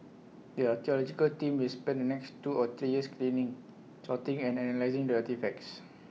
if we break down tasks not all of them require the creativity or experience deemed irreplaceable